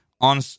on